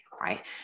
right